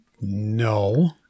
No